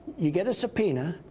you get a subpoena.